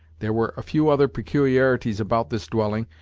there were a few other peculiarities about this dwelling,